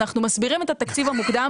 אנחנו מסבירים את התקציב המוקדם,